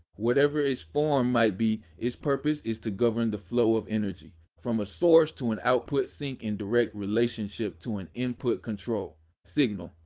whatever its form might be, its purpose is to govern the flow of energy from a source to an output sink in direct relationship to an input control signal.